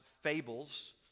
fables